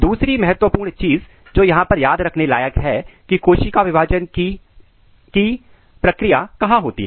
दूसरी महत्वपूर्ण चीज जो यहां पर याद रखने लायक है की कोशिका विभाजन की है प्रक्रिया कहां होती है